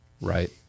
right